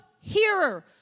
hearer